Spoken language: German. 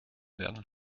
werden